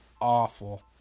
awful